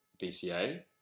VCA